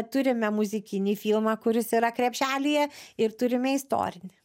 turime muzikinį filmą kuris yra krepšelyje ir turime istorinį